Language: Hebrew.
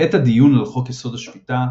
בעת הדיון על חוק יסוד השפיטה,